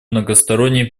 многосторонние